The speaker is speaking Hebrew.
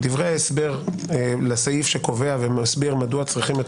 דברי ההסבר לסעיף שקובע ומסביר מדוע צריכים את